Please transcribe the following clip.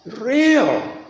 real